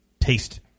taste